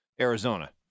Arizona